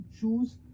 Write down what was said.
choose